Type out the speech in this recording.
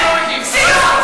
תסתכל בערוץ 10. סיוט.